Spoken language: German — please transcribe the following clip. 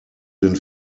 den